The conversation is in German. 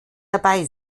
dabei